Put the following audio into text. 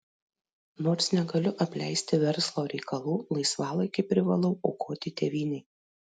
nors negaliu apleisti verslo reikalų laisvalaikį privalau aukoti tėvynei